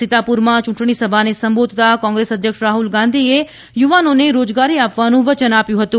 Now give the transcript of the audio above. સીતાપુરમાં ચૂંટણી સભાને સંબોધતા કોંગ્રેસ અધ્યક્ષ રાહ્લ ગાંધીએ યુવાનોને રોજગારી આપવાનું વચન આપ્યું હતું